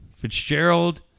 Fitzgerald